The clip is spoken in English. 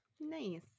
Nice